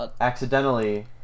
accidentally